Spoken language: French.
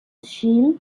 shell